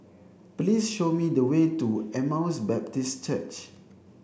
please show me the way to Emmaus Baptist Church